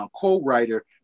co-writer